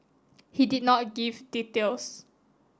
he did not give details